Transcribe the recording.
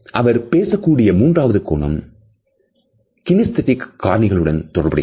அவர் பேசக்கூடிய மூன்றாவது கோணம் கினேஷ் தட்டிக் காரணிகளுடன் தொடர்புடையது